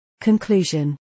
Conclusion